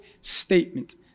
Statement